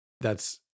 thats